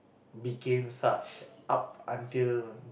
became such up until